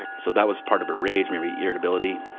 so that was part of a rage, maybe irritability.